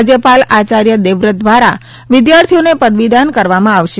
રાજ્યપાલ આચાર્ય દેવવ્રત દ્વારા વિદ્યાર્થીઓને પદવીદાન કરવામાં આવશે